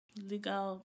legal